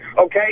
okay